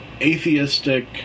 atheistic